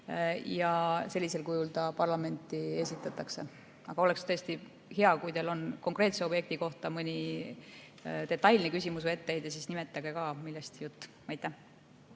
ja sellisel kujul see parlamenti esitatakse. Aga tõesti, kui teil on konkreetse objekti kohta mõni detailne küsimus või etteheide, siis nimetage ka, millest jutt. Aitäh!